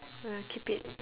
ah keep it